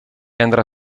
andrà